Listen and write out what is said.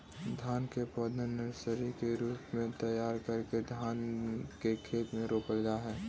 धान के पौधा नर्सरी के रूप में तैयार करके धान के खेत में रोपल जा हइ